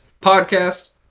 Podcast